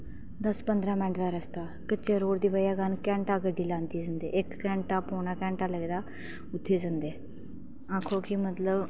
दस्स पंदरां मिंट दा रस्ता कच्चे रोड़ दी बजह कन्नै घैंटा लांदी गड्डी जंदे इक्क घैंटा पौना घैंटा लगदा उत्थें जंदे आक्खो कि मतलब